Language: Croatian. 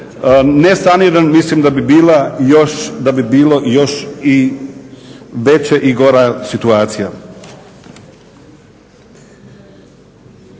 nesaniran mislim da bi bilo još i veće i gora situacija.